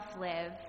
live